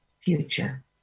future